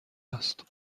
است